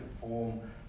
form